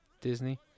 Disney